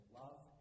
love